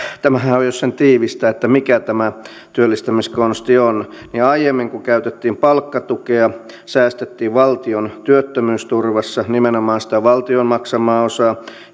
jos sen tiivistää mikä tämä työllistämiskonsti on niin aiemmin kun käytettiin palkkatukea säästettiin valtion työttömyysturvassa nimenomaan sitä valtion maksamaa osaa